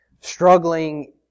Struggling